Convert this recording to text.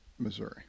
Missouri